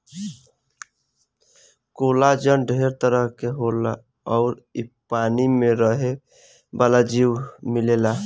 collagen ढेर तरह के होला अउर इ पानी में रहे वाला जीव में मिलेला